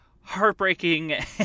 heartbreaking